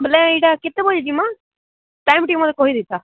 ବୋଇଲେ ଏଇଟା କେତେବେଳେ ଯିମା ଟାଇମ୍ ଟିକିଏ ମୋତେ କହି ଦେଇଥା